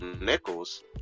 nickels